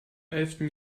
elften